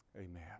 Amen